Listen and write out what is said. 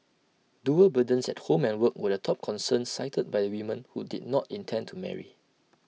dual burdens at home and work were the top concern cited by the women who did not intend to marry